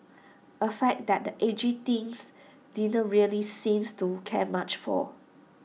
A fact that edgy Teen's didn't really seems to care much for